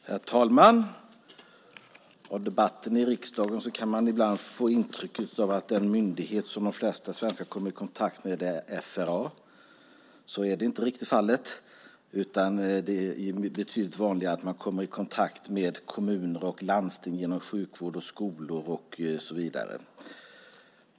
Herr talman! Av debatten i riksdagen kan man ibland få intrycket att den myndighet som de flesta svenskar kommer i kontakt med är FRA. Så är inte riktigt fallet. Det är betydligt vanligare att man kommer i kontakt med kommuner och landsting genom skolor, sjukvård och så vidare.